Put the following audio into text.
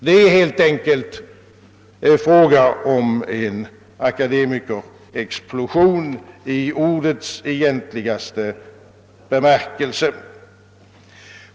Det är helt enkelt fråga om en akademikerexplosion i ordets egentligaste bemärkelse.